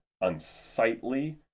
unsightly